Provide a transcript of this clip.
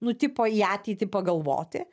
nu tipo į ateitį pagalvoti